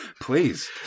Please